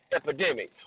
epidemic